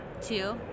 two